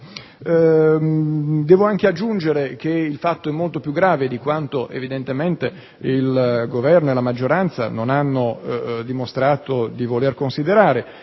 Devo anche aggiungere che il fatto è molto più grave di quanto evidentemente il Governo e la maggioranza non hanno dimostrato di voler considerare,